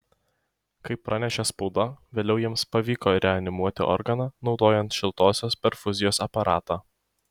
kaip pranešė spauda vėliau jiems pavyko reanimuoti organą naudojant šiltosios perfuzijos aparatą